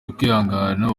ukwihangana